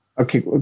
Okay